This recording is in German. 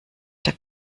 der